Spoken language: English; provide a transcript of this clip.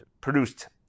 produced